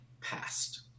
past